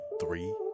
Three